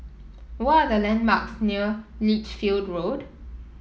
what are the landmarks near Lichfield Road